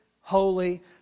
holy